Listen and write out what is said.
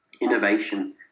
innovation